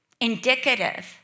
indicative